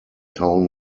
town